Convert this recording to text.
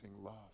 love